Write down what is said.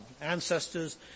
ancestors